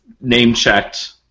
name-checked